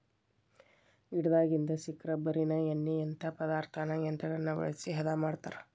ಗಿಡದಾಗಿಂದ ಸಿಕ್ಕ ರಬ್ಬರಿನ ಎಣ್ಣಿಯಂತಾ ಪದಾರ್ಥಾನ ಯಂತ್ರಗಳನ್ನ ಬಳಸಿ ಹದಾ ಮಾಡತಾರ